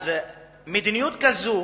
מדיניות כזאת,